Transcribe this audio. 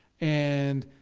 and,